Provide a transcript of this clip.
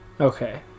Okay